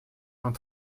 vingt